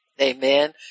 Amen